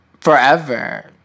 forever